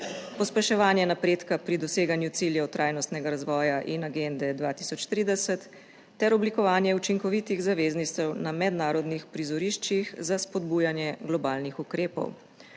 pospeševanje napredka pri doseganju ciljev trajnostnega razvoja in Agende 2030 ter oblikovanje učinkovitih zavezništev na mednarodnih prizoriščih za spodbujanje globalnih ukrepov.